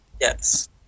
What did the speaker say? Yes